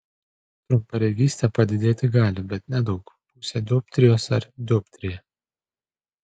trumparegystė padidėti gali bet nedaug pusę dioptrijos ar dioptriją